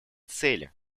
цели